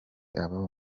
ababo